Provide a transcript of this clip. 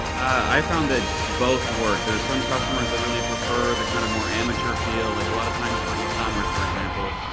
i found that both work. there's some customers that really prefer the kind of more amateur feel. like a lot of times for e-commerce e-commerce for example,